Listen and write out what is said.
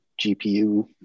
GPU